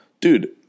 dude